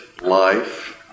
life